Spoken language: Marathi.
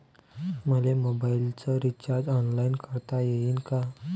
मले मोबाईलच रिचार्ज ऑनलाईन करता येईन का?